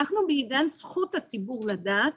אנחנו בעידן שבו זכות הציבור לדעת.